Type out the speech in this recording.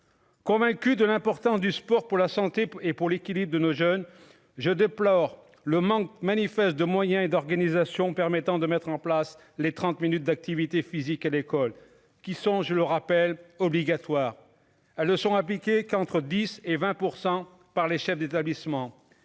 convaincu de l'importance du sport pour la santé et pour l'équilibre de nos jeunes, je déplore le manque manifeste de moyens et d'organisation permettant de mettre en place les 30 minutes d'activité physique à l'école, qui sont, je le rappelle obligatoire ah sont qu'entre 10 et 20 % par les chefs d'établissement